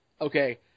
Okay